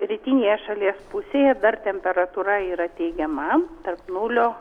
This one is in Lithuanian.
rytinėje šalies pusėje dar temperatūra yra teigiama tarp nulio